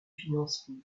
financier